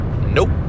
nope